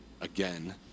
again